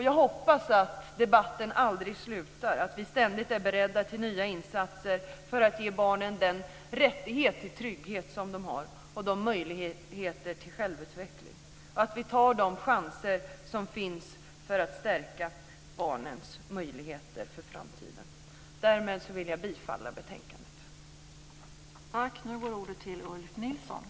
Jag hoppas att debatten aldrig slutar, att vi ständigt är beredda till nya insatser för att ge barnen den rättighet till trygghet och självutveckling som de har och att vi tar de chanser som finns för att stärka barnens möjligheter för framtiden. Därmed vill jag yrka bifall till utskottets hemställan i betänkandet.